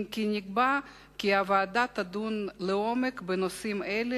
אם כי נקבע כי הוועדה תדון לעומק בנושאים אלה